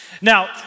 Now